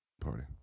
party